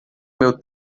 meu